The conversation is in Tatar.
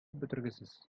бетергесез